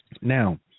Now